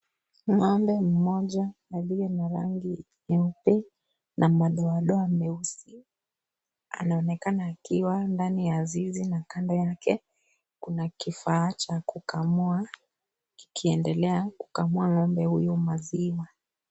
Ngombe mmoja alie na rangi nyeupe na madoadoa meusi anaonekana akiwa ndani ya zizi na kando yake kuna kifaa cha kukamua kikiendelea kukamua ngombe huyo maziwa